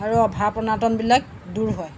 আৰু অভাৱ অনাটনবিলাক দূৰ হয়